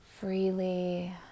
Freely